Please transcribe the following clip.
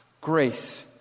Grace